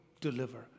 deliver